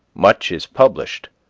much is published,